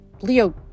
Leo